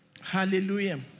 Hallelujah